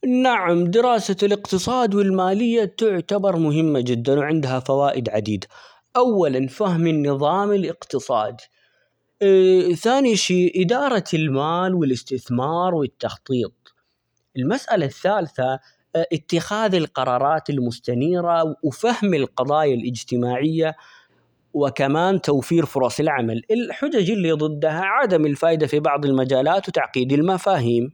نعم دراسة الإقتصاد والمالية تعتبر مهمة جدًا ،وعندها فوائد عديدة أولًا فهم النظام الإقتصادى، ثاني شيء إدارة المال ،والاستثمار ، والتخطيط ، المسألة الثالثة إتخاذ القرارات المستنيرة وفهم القضايا الإجتماعية ،وكمان توفير فرص العمل ،الحجج اللي ضدها عدم الفائدة في بعض المجالات وتعقيد المفاهيم.